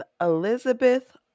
Elizabeth